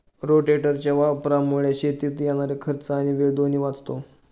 रोटेटरच्या वापरामुळे शेतीत येणारा खर्च आणि वेळ दोन्ही वाचतो